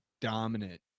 dominant